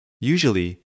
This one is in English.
Usually